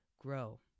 grow